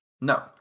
no